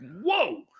whoa